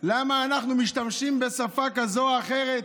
למה אנחנו משתמשים בשפה כזאת או אחרת.